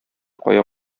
кая